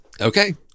okay